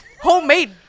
Homemade